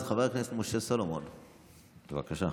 ח"כ משה סלומון, בבקשה.